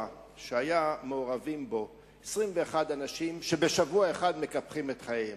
והיו מעורבים בו 21 אנשים שבשבוע אחד מקפחים את חייהם.